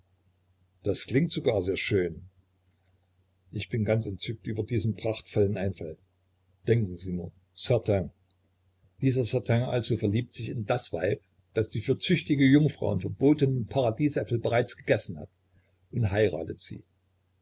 das klingt sogar sehr schön ich bin ganz entzückt über diesen prachtvollen einfall denken sie nur certain dieser certain also verliebt sich in das weib das die für züchtige jungfrauen verbotenen paradiesäpfel bereits gegessen hat und heiratet sie